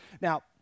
Now